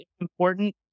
important